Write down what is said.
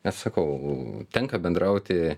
nes sakau tenka bendrauti